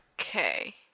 Okay